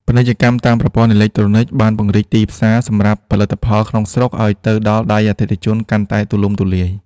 ពាណិជ្ជកម្មតាមប្រព័ន្ធអេឡិចត្រូនិកបានពង្រីកទីផ្សារសម្រាប់ផលិតផលក្នុងស្រុកឱ្យទៅដល់ដៃអតិថិជនកាន់តែទូលំទូលាយ។